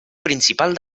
principal